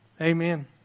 Amen